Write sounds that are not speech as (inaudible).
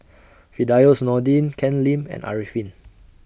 (noise) Firdaus Nordin Ken Lim and Arifin